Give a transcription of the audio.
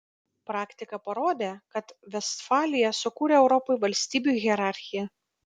praktika parodė kad vestfalija sukūrė europai valstybių hierarchiją